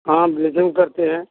हाँ ब्लीचिंग करते हैं